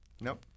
Nope